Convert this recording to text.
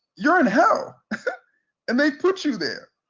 you're in hell and they put you there.